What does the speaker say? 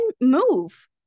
move